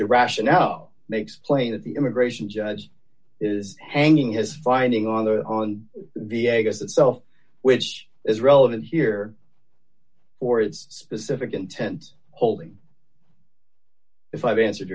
the rationale makes plain that the immigration judge is hanging his finding on or on v h s itself which is relevant here for its specific intent holding if i've answered